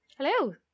Hello